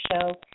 show